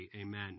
Amen